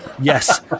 yes